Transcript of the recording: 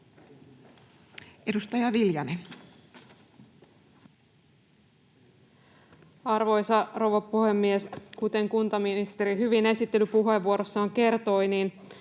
Edustaja Viljanen. Arvoisa rouva puhemies! Kuten kuntaministeri hyvin esittelypuheenvuorossaan kertoi, nyt